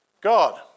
God